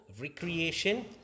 recreation